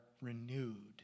renewed